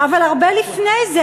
אבל הרבה לפני זה,